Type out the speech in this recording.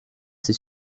ses